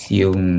yung